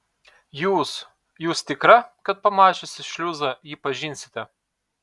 jūs jūs tikra kad pamačiusi šliuzą jį pažinsite